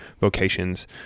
vocations